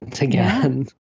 again